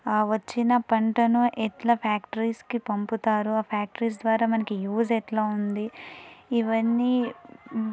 ఆ వచ్చిన పంటను ఎట్లా ఫ్యాక్టరీస్కి పంపుతారు ఆ ఫ్యాక్టరీస్ ద్వారా మనకి యూజ్ ఎట్లా ఉంది ఇవన్నీ